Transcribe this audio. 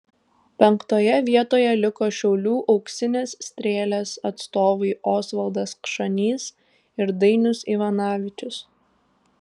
penktoje vietoje liko šiaulių auksinės strėlės atstovai osvaldas kšanys ir dainius ivanavičius